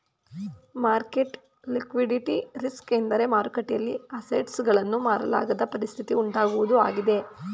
market liquidity risk ಎಂದರೆ ಮಾರುಕಟ್ಟೆಯಲ್ಲಿ assets ಗಳನ್ನು ಮಾರಲಾಗದ ಪರಿಸ್ಥಿತಿ ಉಂಟಾಗುವುದು ಆಗಿದೆ